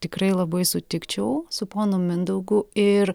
tikrai labai sutikčiau su ponu mindaugu ir